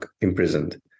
imprisoned